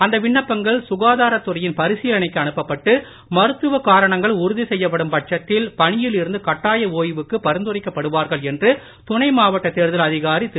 அந்த விண்ணப்பங்கள் சுகாதாரத்துறையின் பரிசீலனைக்கு அனுப்பப்பட்டு மருத்துவ காரணங்கள் உறுதி செய்யப்படும் பட்சத்தில் பணியில் இருந்து கட்டாய ஓய்வுக்கு பரிந்துரைக்கப்படுவார்கள் என்று துணை மாவட்ட தேர்தல் அதிகாரி திரு